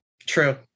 True